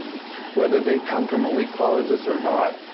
whether they come from elite colleges or not.